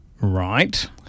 Right